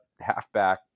halfback